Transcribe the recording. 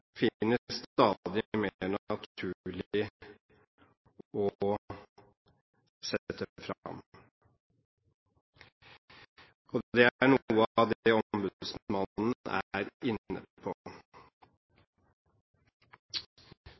finner stadig mer naturlig å sette fram. Dette er noe av det ombudsmannen er inne på.